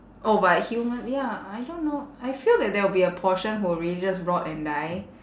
oh but human ya I don't know I feel that there'll be a portion who will really just rot and die